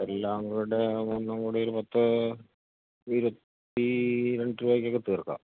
എല്ലാംകുടെ ഒന്നുംകൂടി ഒരു പത്ത് ഇരുപത്തിരണ്ടുരൂപയ്ക് തീർക്കാം